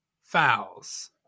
Fouls